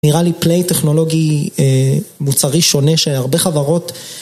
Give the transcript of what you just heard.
נראה לי פליי טכנולוגי מוצרי שונה שהרבה חברות